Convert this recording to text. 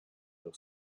leur